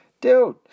dude